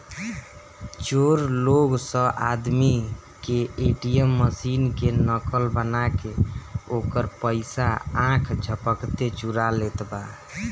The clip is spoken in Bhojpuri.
चोर लोग स आदमी के ए.टी.एम मशीन के नकल बना के ओकर पइसा आख झपकते चुरा लेत बा